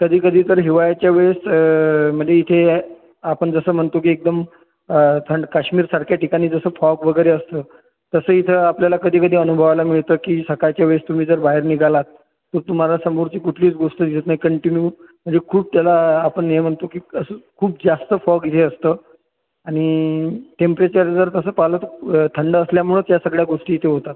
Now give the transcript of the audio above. कधी कधी तर हिवाळ्याच्या वेळेस मध्ये इथे आपण जसं म्हणतो की एकदम थंड काश्मीरसारख्या ठिकाणी जसं फॉग वगैरे असतं तसं इथं आपल्याला कधी कधी अनुभवायला मिळतं की सकाळच्या वेळेस तुम्ही जर बाहेर निघालात तर तुम्हाला समोरची कुठलीच गोष्ट दिसत नाही कंटिन्यू म्हणजे खूप त्याला आपण हे म्हणतो की कसं खूप जास्त फॉग हे असतं आणि टेंपरेचर जर तसं पाहिलं तर थंड असल्यामुळंच या सगळ्या गोष्टी इथे होतात